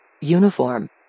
uniform